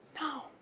No